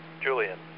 Julian